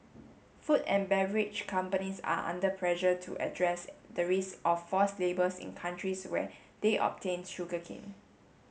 food and beverage companies are under pressure to address the risk of forced labours in countries where they obtain sugar cane